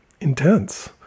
intense